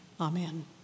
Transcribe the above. Amen